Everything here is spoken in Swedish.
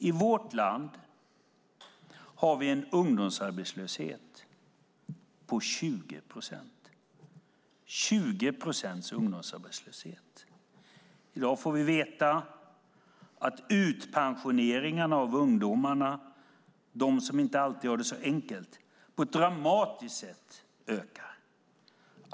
I vårt land har vi en ungdomsarbetslöshet på 20 procent. I dag fick vi veta att utpensioneringen av ungdomar, de som inte alltid har det så enkelt, på ett dramatiskt sätt ökar.